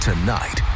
Tonight